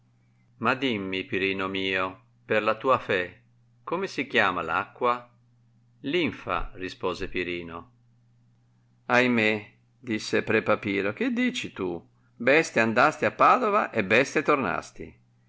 ma dimmi pirino mio per la tua fé come si chiama l'acqua zmp rispose pirino ahimè disse pre papiro che dici tu bestia andasti a padova e bestia tornasti